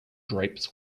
drapes